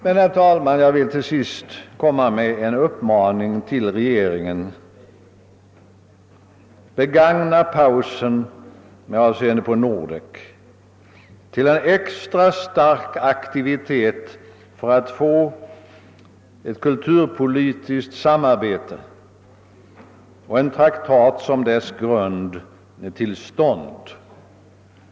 Men låt mig, herr talman, allra sist rikta en uppmaning till regeringen: Begagna pausen med avseende på Nordek till en extra stark aktivitet för att få ett kulturpolitiskt samarbete och en traktat som dess grund till stånd!